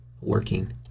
working